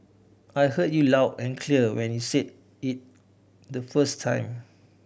I heard you loud and clear when you said it the first time